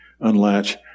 unlatch